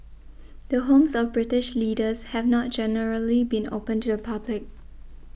the homes of British leaders have not generally been open to the public